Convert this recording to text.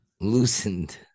Loosened